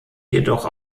jedoch